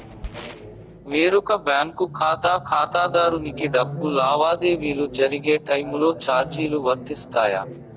వేరొక బ్యాంకు ఖాతా ఖాతాదారునికి డబ్బు లావాదేవీలు జరిగే టైములో చార్జీలు వర్తిస్తాయా?